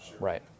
Right